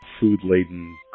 food-laden